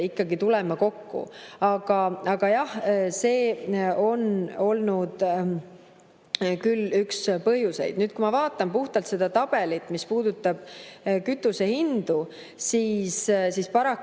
ikkagi tulema kokku. Aga jah, see on olnud küll üks põhjuseid. Kui ma vaatan puhtalt seda tabelit, mis puudutab kütusehindu, siis [tuleb